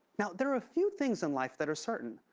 now, there are few things in life that are certain,